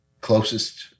closest